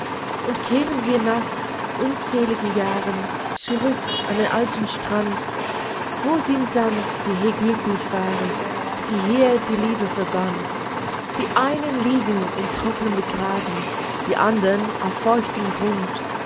und kehren wir nach unzähligen jahren zurück an den alten strand wo sind dann die hier glücklich waren die hier die liebe verband die einen liegen im trocknen begraben die andern auf feuchtem grund